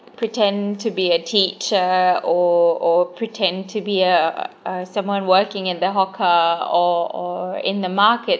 pretend to be a teacher or or pretend to be a a someone working at the hawker or or in the market